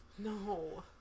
No